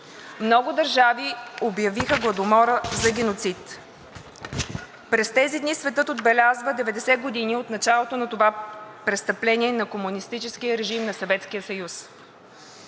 Много държави обявиха Гладомора за геноцид. През тези дни светът отбелязва 90 години от началото на това престъпление на комунистическия режим на